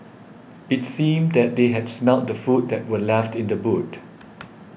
it seemed that they had smelt the food that were left in the boot